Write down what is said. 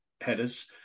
headers